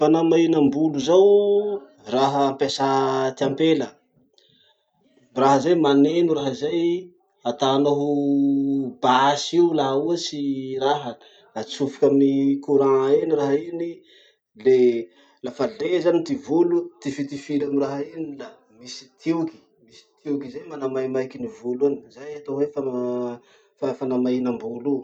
Fanamainam-bolo zao: raha fampiasà ty ampela. Raha zay maneno raha zay atanao ho basy io laha ohatsy raha, atsofoky amy ny courant eny raha iny, le lafa le zany ty volo, tifitifiry amy raha iny la misy tioky zay manamaimaiky ny volo iny. Zay atao hoe fama- fa fanamainam-bolo.